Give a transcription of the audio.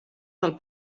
del